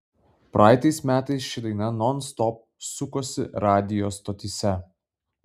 praeitais metais ši daina nonstop sukosi radijo stotyse